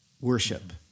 worship